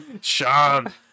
Sean